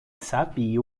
sabia